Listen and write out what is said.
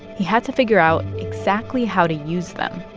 he had to figure out exactly how to use them